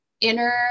inner